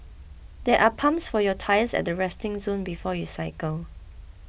there are pumps for your tyres at the resting zone before you cycle